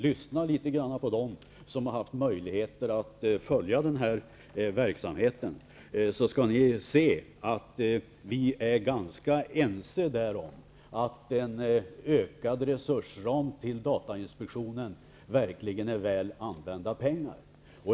Lyssna på dem som har haft möjligheter att följa denna verksamhet, så skall ni se att vi är ganska ense om att en ökad resursram för datainspektionen verkligen är väl använda pengar.